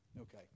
Okay